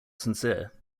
sincere